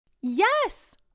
Yes